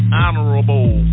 honorable